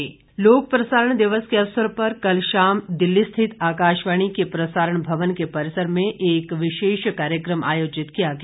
लोक प्रसारण दिवस लोक प्रसारण दिवस के अवसर पर कल शाम दिल्ली स्थित आकाशवाणी के प्रसारण भवन के परिसर में एक विशेष कार्यक्रम आयोजित किया गया